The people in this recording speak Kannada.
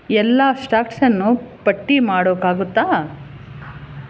ಎಲ್ಲ ಸ್ಟಾಕ್ಸನ್ನು ಪಟ್ಟಿ ಮಾಡೋಕ್ಕಾಗುತ್ತಾ